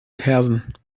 fersen